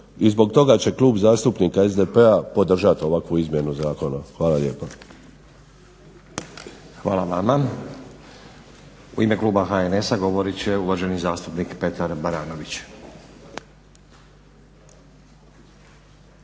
i zbog toga će Klub zastupnika SDP-a podržat ovakvu izmjenu zakona. Hvala lijepa. **Stazić, Nenad (SDP)** Hvala vama. U ime kluba HNS-a govorit će uvaženi zastupnik Petar Baranović.